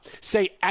Say